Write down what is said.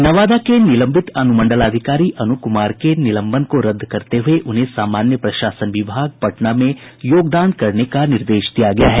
नवादा के निलंबित अनुमंडलाधिकारी अनु कुमार के निलंबन को रद्द करते हुए उन्हें सामान्य प्रशासन विभाग पटना में योगदान करने का निर्देश दिया गया है